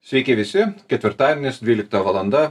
sveiki visi ketvirtadiens dvylikta valanda